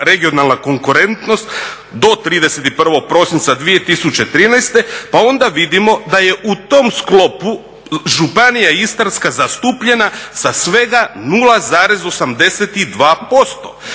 regionalna konkurentnost do 31. prosinca 2013. pa onda vidimo da je u tom sklopu Županija istarska zastupljena sa svega 0,82%,